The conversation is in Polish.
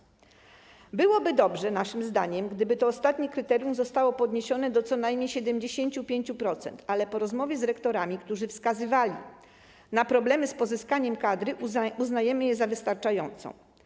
Naszym zdaniem byłoby dobrze, gdyby to ostatnie kryterium zostało podniesione do co najmniej 75%, ale po rozmowie z rektorami, którzy wskazywali na problemy z pozyskaniem kadry, uznajemy je za wystarczające.